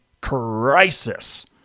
crisis